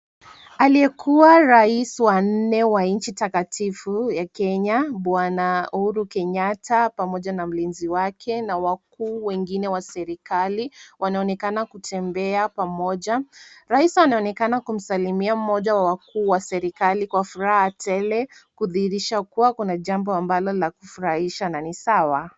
Aliyekua rais wa nne wa nchi takatifu ya Kenya Bw. Uhuru Kenyatta pamoja na mlinzi wake na wakuu wengine wa serikali wanaonekana kutembea pamoja. Rais anaonekana kumsalimia mmoja wa wakuu wa serikali kwa furaha tele kudhihirisha kuwa kuna jambo ambalo la kufurahisha na ni sawa.